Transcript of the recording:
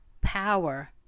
Power